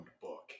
book